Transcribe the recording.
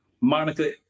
Monica